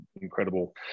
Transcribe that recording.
incredible